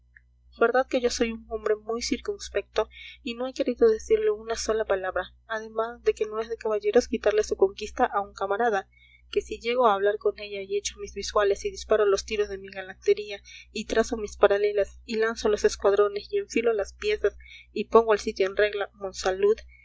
jean jean verdad que yo soy hombre muy circunspecto y no he querido decirle una sola palabra además de que no es de caballeros quitarle su conquista a un camarada que si llego a hablar con ella y echo mis visuales y disparo los tiros de mi galantería y trazo mis paralelas y lanzo los escuadrones y enfilo las piezas y pongo el sitio en regla monsalud